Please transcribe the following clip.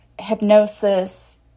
hypnosis